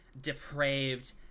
depraved